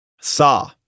Saw